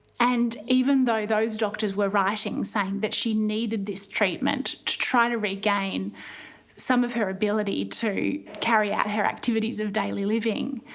and even though those doctors were writing, saying that she needed this treatment to try to regain some of her ability to carry out her activities of daily living,